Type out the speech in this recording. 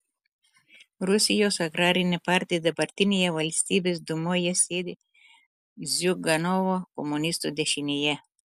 rusijos agrarinė partija dabartinėje valstybės dūmoje sėdi ziuganovo komunistų dešinėje